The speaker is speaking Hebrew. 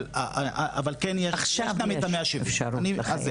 עכשיו יש אפשרות לחייב.